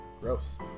Gross